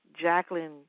Jacqueline